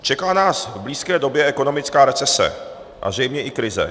Čeká nás v blízké době ekonomická recese a zřejmě i krize.